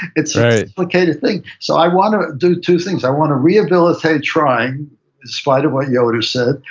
it's okay to think. so i want to do two things. i want to rehabilitate trying. in spite of what yoda said,